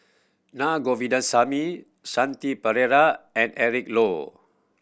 Na Govindasamy Shanti Pereira and Eric Low